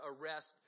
arrest